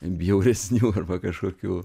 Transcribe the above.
bjauresnių arba kažkokių